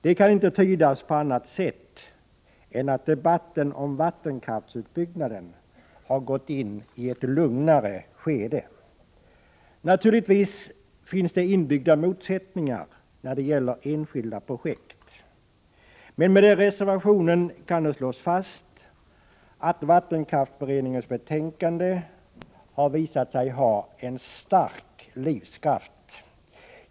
Det kan inte tydas på annat sätt än att debatten om vattenkraftsutbyggnaden har gått in i ett lugnare skede. Naturligtvis finns det inbyggda motsättningar när det gäller enskilda projekt. Men med den reservationen kan det slås fast att vattenkraftsberedningens betänkande har visat sig ha en stark livskraft.